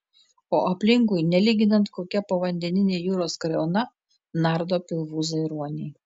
o aplinkui nelyginant kokia povandeninė jūros kariauna nardo pilvūzai ruoniai